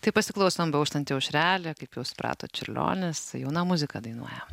tai pasiklausom beauštanti aušrelė kaip jau supratot čiurlionis jauna muzika dainuoja